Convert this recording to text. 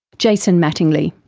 jason mattingley.